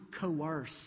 coerce